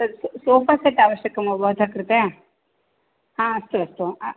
तद् sofa set आवश्यकं वा भवतः कृते अस्तु अस्तु